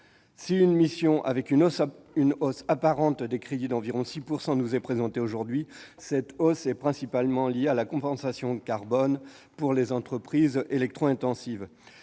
améliorées. Si une hausse apparente des crédits d'environ 6 % nous est présentée aujourd'hui, elle est principalement liée à la compensation carbone pour les entreprises électro-intensives.